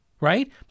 right